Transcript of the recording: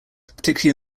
particularly